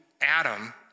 Adam